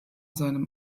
seinem